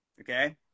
Okay